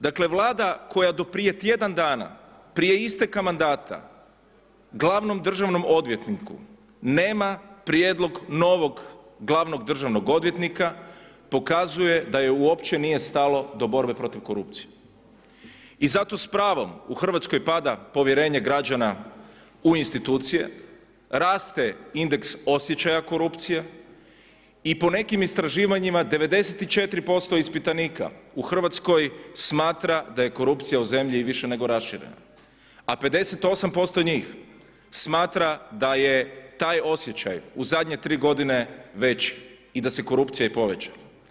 Dakle, Vlada koja do prije tjedan dana prije isteka mandata glavnom državnom odvjetniku nema prijedlog novog glavnog državnog odvjetnika, pokazuje da joj uopće nije stalo do borbe protiv korupcije i zato smo s pravom u Hrvatskoj pada povjerenje građana u institucije, raste indeks osjećaja korupcije i po nekim istraživanjima 94% ispitanika u Hrvatskoj smatra da je korupcija u zemlji i više nego raširena a 58% njih smatra da je taj osjećaj u zadnje 3 godine veći i da se korupcija i povećala.